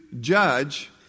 judge